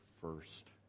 first